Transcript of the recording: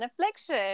Affliction